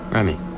Remy